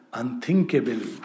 unthinkable